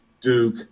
Duke